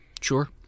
Sure